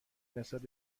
نسبت